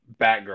Batgirl